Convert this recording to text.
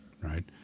right